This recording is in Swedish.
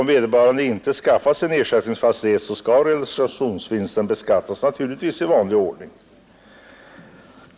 Om vederbörande inte skaffar sig en ersättningsfastighet, skall realisationsvinsten naturligtvis beskattas i vanlig ordning.